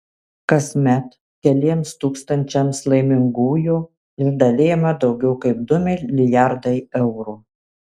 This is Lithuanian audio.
kasmet keliems tūkstančiams laimingųjų išdalijama daugiau kaip du milijardai eurų